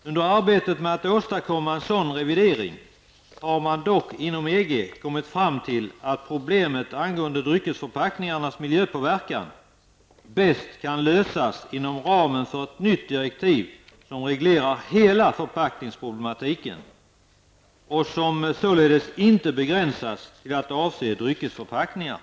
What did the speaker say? Under arbetet med att åstadkomma en sådan revidering har man dock inom EG kommit fram till att problemet angående dryckesförpackningarnas miljöpåverkan bäst kan lösas inom ramen för ett nytt direktiv, som reglerar hela förpackningsproblematiken och som således inte begränsas till att avse dryckesförpackningar.